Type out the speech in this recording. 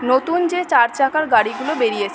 নতুন যে চার চাকার গাড়িগুলো বেরিয়েছে